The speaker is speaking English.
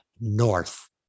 north